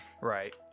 Right